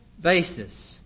basis